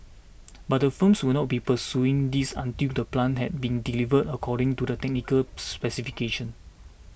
but the firms will not be pursuing this until the plant has been delivered according to the technical specifications